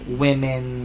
women